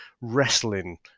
wrestling